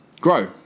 grow